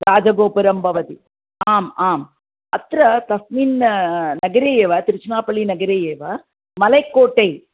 राजगोपुरं भवति आम् आम् अत्र तस्मिन् नगरे एव तिरुचनापल्लि नगरे एव मलैकोटे